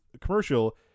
commercial